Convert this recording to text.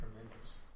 tremendous